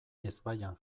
ezbaian